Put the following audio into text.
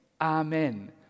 Amen